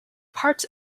part